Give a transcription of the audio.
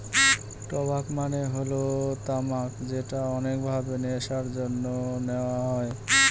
টবাক মানে হল তামাক যেটা অনেক ভাবে নেশার জন্যে নেওয়া হয়